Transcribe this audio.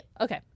Okay